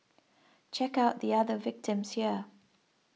check out the other victims here